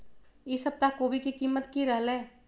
ई सप्ताह कोवी के कीमत की रहलै?